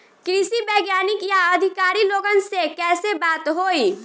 कृषि वैज्ञानिक या अधिकारी लोगन से कैसे बात होई?